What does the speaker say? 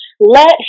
Let